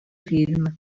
film